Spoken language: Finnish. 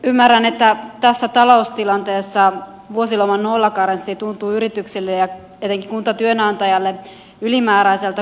ymmärrän että tässä taloustilanteessa vuosiloman nollakarenssi tuntuu yrityksille ja etenkin kuntatyönantajalle ylimääräiseltä kustannuserältä